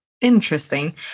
interesting